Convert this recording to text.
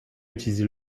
utiliser